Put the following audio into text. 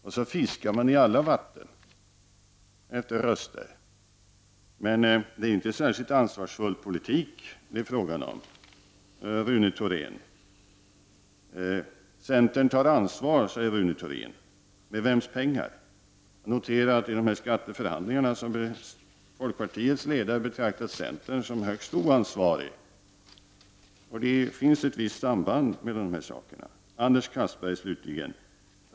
Man fiskar i alla vatten efter röster. Men det är inte fråga om någon särskild ansvarsfull politik. Centern tar ansvar, säger Rune Thorén. Med vems pengar? Jag noterar att folkpartiets ledare i skatteförhandlingarna har betraktat centern som högst oansvarig. Det finns ett visst samband mellan dessa saker.